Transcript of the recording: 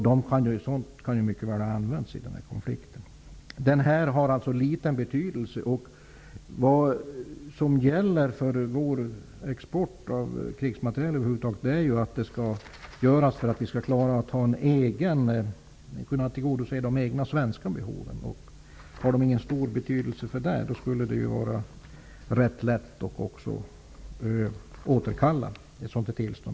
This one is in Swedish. Sådant kan ju mycket väl ha använts i konflikten. Statsrådet säger att denna export har liten betydelse. Det som gäller för vår export av krigsmateriel över huvud taget är att den skall ske för att vi skall kunna tillgodose de egna svenska behoven. Om exporten inte har någon stor betydelse ur denna synvinkel skulle det, om det fanns anledning, vara rätt lätt att återkalla ett tillstånd.